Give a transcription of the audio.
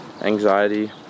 anxiety